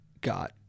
got